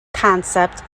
concept